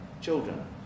children